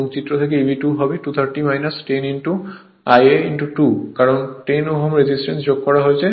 চিত্র থেকে Eb 2 হবে 230 10 Ia 2 কারণ 10 Ω রেজিস্ট্যান্স যোগ করা হয়েছে